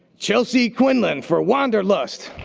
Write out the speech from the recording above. chelsea quinlan for wanderlust.